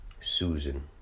Susan